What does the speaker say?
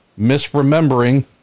misremembering